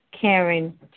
Karen